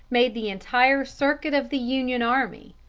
made the entire circuit of the union army,